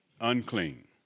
unclean